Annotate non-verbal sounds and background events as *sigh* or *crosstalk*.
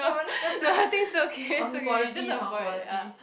*laughs* no no I think still okay still okay you just avoid ah